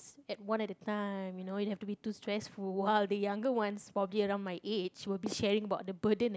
at one at a time you know you have to be too stressful while the younger ones probably around my age will be sharing about the burden and